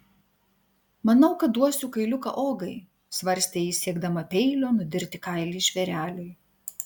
manau kad duosiu kailiuką ogai svarstė ji siekdama peilio nudirti kailį žvėreliui